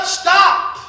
stop